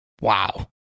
Wow